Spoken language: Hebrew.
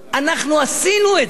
אנחנו עשינו את זה.